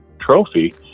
trophy